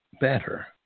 better